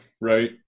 right